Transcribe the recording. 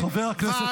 חבר הכנסת כץ.